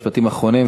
משפטים אחרונים,